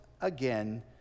again